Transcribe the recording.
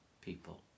people